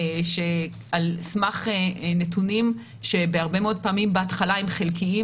שעל סמך נתונים שבהרבה מאוד פעמים בהתחלה הם חלקיים,